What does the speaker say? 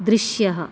दृश्यः